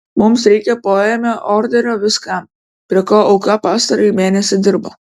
mums reikia poėmio orderio viskam prie ko auka pastarąjį mėnesį dirbo